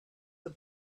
the